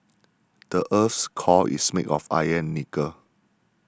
the earth's core is made of iron and nickel